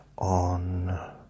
On